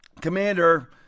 commander